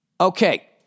Okay